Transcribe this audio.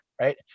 Right